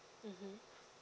mmhmm